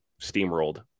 steamrolled